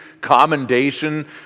commendation